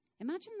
Imagine